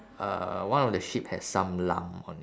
uh one of the sheep has some lump on it